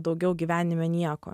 daugiau gyvenime nieko